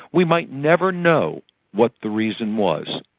we might never know what the reason was.